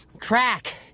track